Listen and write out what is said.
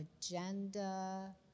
agenda